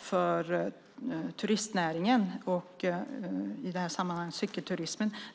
för turistnäringen, i detta sammanhang cykelturismen.